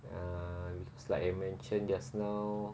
uh it's like I mentioned just now